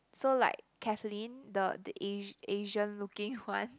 so like Kathleen the the Asia~ Asian looking one